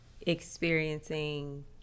experiencing